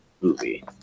Movie